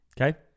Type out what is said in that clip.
okay